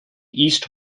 east